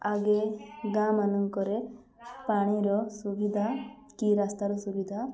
ଆଗେ ଗାଁମାନଙ୍କରେ ପାଣିର ସୁବିଧା କି ରାସ୍ତାର ସୁବିଧା